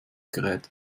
gerät